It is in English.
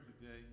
today